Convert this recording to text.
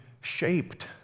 shaped